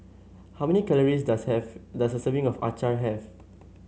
how many calories does have does a serving of Acar have